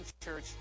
church